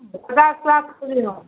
પચાસ લાખ સુધીમાં